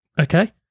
Okay